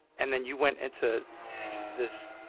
and then you went into this